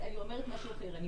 אני אומרת משהו אחר, אני